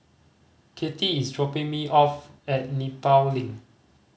Cathy is dropping me off at Nepal Link